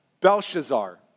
Belshazzar